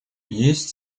есть